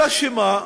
אלא שמה?